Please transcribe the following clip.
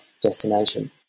destination